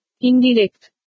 Indirect